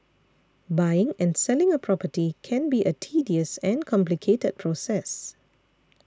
buying and selling a property can be a tedious and complicated process